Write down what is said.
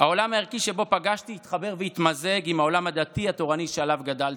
העולם הערכי שבו פגשתי התחבר והתמזג עם העולם הדתי התורני שעליו גדלתי.